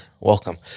welcome